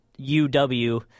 UW